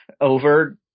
over